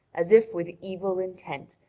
as if with evil intent,